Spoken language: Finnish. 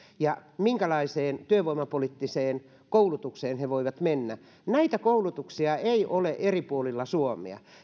ja minkälaiseen työvoimapoliittiseen koulutukseen he voivat mennä näitä koulutuksia ei ole eri puolilla suomea